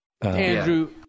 Andrew